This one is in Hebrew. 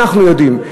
אנחנו יודעים,